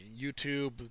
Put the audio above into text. YouTube